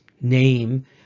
name